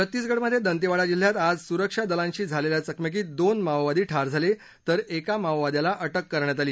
छत्तीसगडमध्ये दंतेवाडा जिल्ह्यात आज सुरक्षा दलांशी झालेल्या चकमकीत दोन माओवादी ठार झाले तर एका माओवाद्याला अटक करण्यात आली